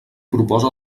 proposa